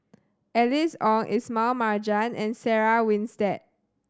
Alice Ong Ismail Marjan and Sarah Winstedt